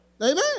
Amen